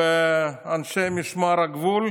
ואנשי משמר הגבול,